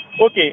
okay